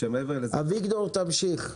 אביגדור תמשיך.